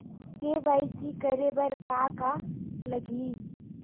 KYC करे बर का का लगही?